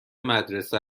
مدرسه